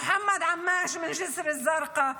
מוחמד עמאש מג'יסר א-זרקא,